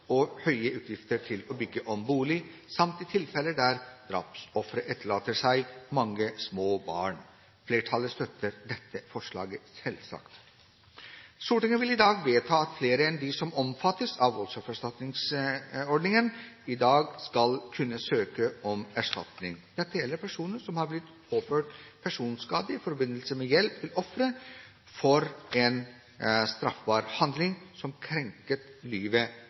og høye utgifter til å bygge om bolig, samt i tilfeller der drapsofre etterlater seg mange små barn. Flertallet støtter dette forslaget, selvsagt. Stortinget vil i dag vedta at flere enn dem som omfattes av voldsoffererstatningsordningen, skal kunne søke om erstatning. Dette gjelder personer som har blitt påført personskade i forbindelse med hjelp til ofre for en straffbar handling som